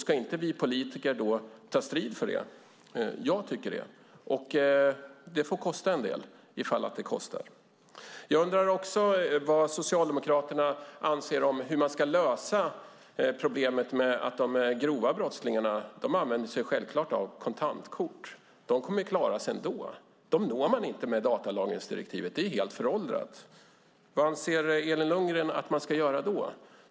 Ska inte vi politiker ta strid för dem? Jag tycker det. Det får kosta en del ifall det kostar. Jag undrar också vad Socialdemokraterna anser om hur man ska lösa problemet med att de grova brottslingarna självklart använder sig av kontantkort. De kommer att klara sig ändå. Dem når man inte med datalagringsdirektivet. Det är helt föråldrat. Vad anser Elin Lundgren att man ska göra?